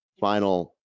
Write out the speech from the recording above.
final